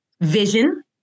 vision